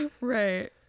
right